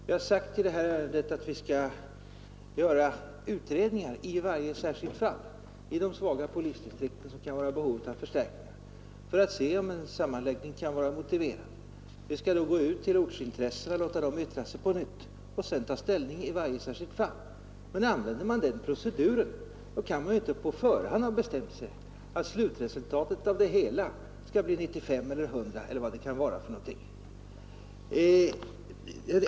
Vi har sagt i det här ärendet att vi skall göra utredningar i varje särskilt fall i de svaga polisdistrikten som kan vara i behov av förstärkning för att se om en sammanläggning är motiverad. Vi skall då gå ut till ortsintressena och låta dem yttra sig på nytt och sedan ta ställning i varje särskilt fall. Tillämpar man den proceduren kan man ju inte på förhand ha bestämt sig för att slutresultatet av det hela skall bli 95 eller 100 eller vad det kan vara för någonting.